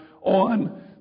on